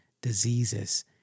diseases